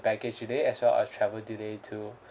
baggage delay as well as travel delay too